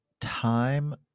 time